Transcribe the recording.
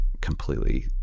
completely